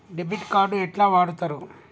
Debit card ఎట్లా వాడుతరు?